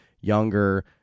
younger